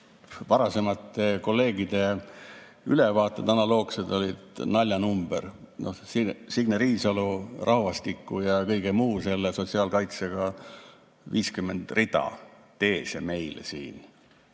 Varasemad kolleegide ülevaated, analoogsed, olid naljanumber. Signe Riisalo rahvastiku ja kõige muu sotsiaalkaitsega – 50 rida teese meile siin.